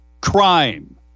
crime